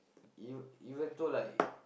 you even though like